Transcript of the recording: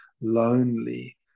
lonely